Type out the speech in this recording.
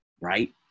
Right